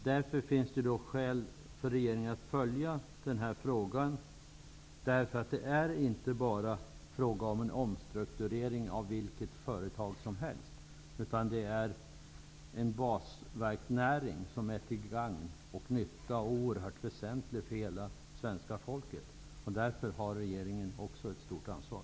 Därför finns det skäl för regeringen att följa denna fråga, eftersom det inte bara är fråga om en omstrukturering av vilket företag som helst, utan det är fråga om en basnäring som är till gagn och nytta och mycket väsentlig för hela svenska folket. Därför har även regeringen ett stort ansvar.